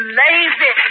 lazy